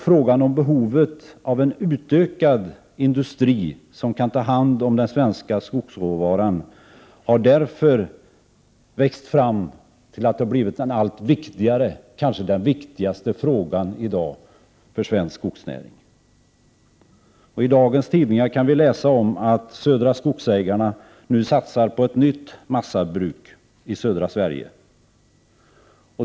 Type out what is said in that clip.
Frågan om behovet av en utökad industri som kan ta hand om den svenska skogsråvaran har därför blivit en allt viktigare fråga, kanske den viktigaste frågan, för svensk skogsnäring i dag. I dagens tidningar kan vi läsa om att Södra Skogsägarna nu satsar på ett nytt massabruk i södra Sverige.